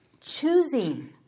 Choosing